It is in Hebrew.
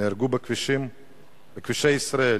נהרגו בכבישי ישראל